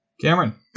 Cameron